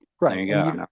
right